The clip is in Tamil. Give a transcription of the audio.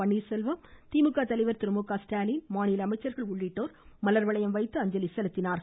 பன்னீர்செல்வம் திமுக தலைவர் திரு மு க ஸ்டாலின் மாநில அமைச்சர்கள் உள்ளிட்டோர் மலர் வளையம் வைத்து அஞ்சலி செலுத்தினர்